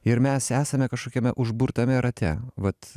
ir mes esame kažkokiame užburtame rate vat